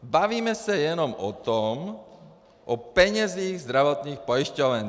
Bavíme se jenom o penězích zdravotních pojišťoven.